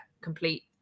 complete